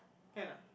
can ah